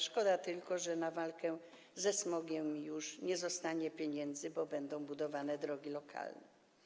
Szkoda tylko, że na walkę ze smogiem już nie zostanie pieniędzy, bo będą budowane drogi lokalne.